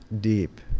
deep